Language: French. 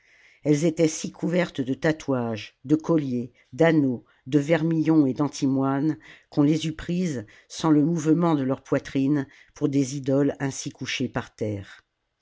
elles étaient si couvertes de tatouages de colliers d'anneaux de vermillon et d'antimoine qu'on les eût prises sans le mouvement de leur poitrine pour des idoles ainsi couchées par terre